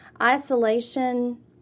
Isolation